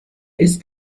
ist